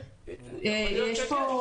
כן, יכול להיות שכן.